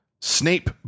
Snape